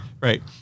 Right